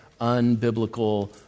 Unbiblical